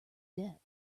debt